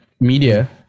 media